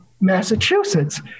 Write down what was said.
Massachusetts